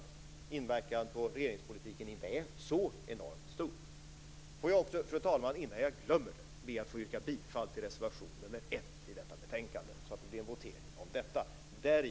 Får jag också, fru talman, innan jag glömmer det, yrka bifall till reservation nr 1 till detta betänkande, så att det blir en votering om detta.